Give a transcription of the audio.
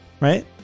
right